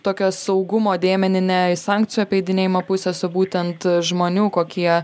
tokio saugumo dėmenį ne į sankcijų apeidinėjimą pusės o būtent žmonių kokie